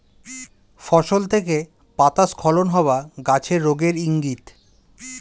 ফসল থেকে পাতা স্খলন হওয়া গাছের রোগের ইংগিত